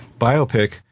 biopic